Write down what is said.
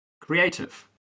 creative